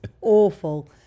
awful